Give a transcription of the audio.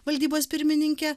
valdybos pirmininkė